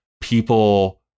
people